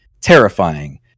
terrifying